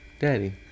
Daddy